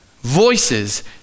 voices